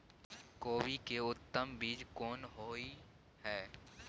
कोबी के उत्तम बीज कोन होय है?